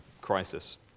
crisis